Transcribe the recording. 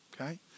okay